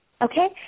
okay